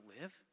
live